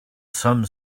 some